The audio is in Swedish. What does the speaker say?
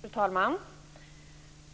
Fru talman!